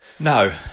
No